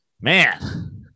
man